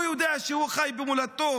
הוא יודע שהוא חי במולדתו,